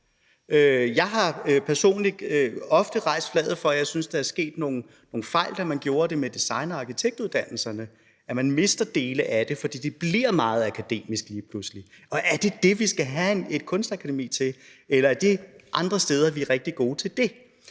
ofte rejst flaget for, at jeg synes, der er sket nogle fejl, da man gjorde det med design- og arkitektuddannelserne; at man mister dele af det, fordi det bliver meget akademisk lige pludselig. Og er det det, vi skal have et Kunstakademi til, eller er det andre steder, vi er rigtig gode til det?